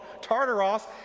Tartaros